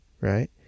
right